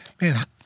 man